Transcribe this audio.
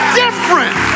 different